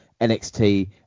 NXT